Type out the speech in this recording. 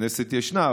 כנסת ישנה,